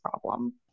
problem